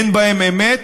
אין בהן אמת,